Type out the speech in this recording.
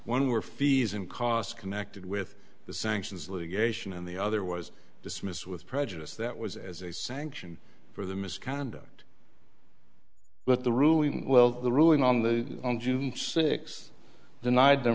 one were fees and costs connected with the sanctions litigation and the other was dismissed with prejudice that was as a sanction for the misconduct but the ruling well the ruling on the six denied their